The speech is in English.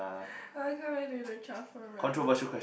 I can't wait to eat the truffle ramen